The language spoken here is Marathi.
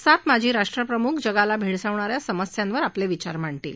सात माजी राष्ट्रप्रमुख जगाला भेडसावणाऱ्या समस्येंवर आपले विचार मांडतील